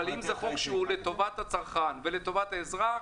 אבל אם זה חוק שהוא לטובת הצרכן ולטובת האזרח,